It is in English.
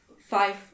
five